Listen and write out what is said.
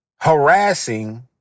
harassing